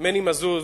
מני מזוז,